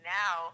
now